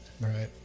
Right